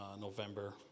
November